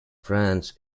france